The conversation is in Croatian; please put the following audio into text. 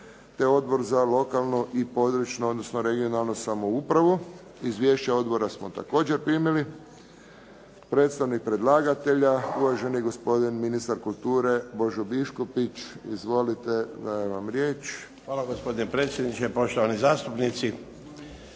Hvala. Gospodine potpredsjedniče, gospodo zastupnici.